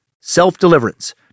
Self-deliverance